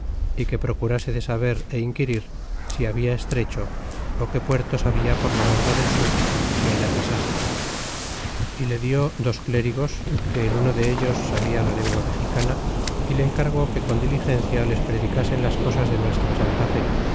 y que procurase de saber é inquirir si habla estrecho ó qué puertos habla por la banda del sur si allá pasase y le die dos clérigos que el uno dellos sabia la lengua mexicana y le encargó que con diligencia les predicasen las cosas de nuestra santa